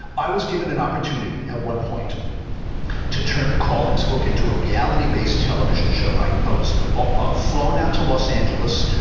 i was given an opportunity at one point to turn the calling, spoke into a reality based television show. i i was ah ah flown out to los angeles,